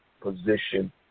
position